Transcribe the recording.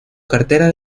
cartera